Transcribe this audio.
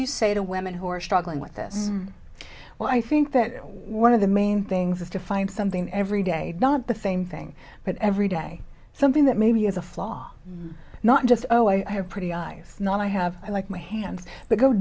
you say to women who are struggling with this well i think that one of the main things is to find something every day not the same thing but every day something that maybe is a flaw not just oh i have pretty eyes not i have i like my hands but go